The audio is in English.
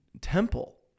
temple